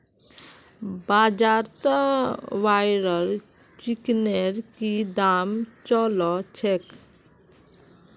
बाजारत ब्रायलर चिकनेर की दाम च ल छेक